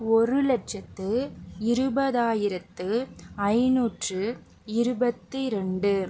ஒரு லட்சத்து இருபதாயிரத்து ஐநூற்று இருபத்திரெண்டு